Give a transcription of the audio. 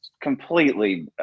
completely